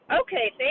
Okay